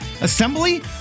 assembly